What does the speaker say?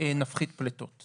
נפחית פליטות.